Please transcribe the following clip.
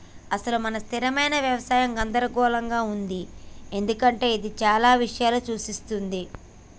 అసలు మన స్థిరమైన యవసాయం గందరగోళంగా ఉంది ఎందుకంటే ఇది చానా ఇషయాలను సూఛిస్తుంది